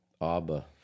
Abba